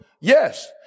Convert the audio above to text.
Yes